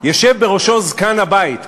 ישב בראשו זקן הבית.